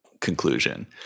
conclusion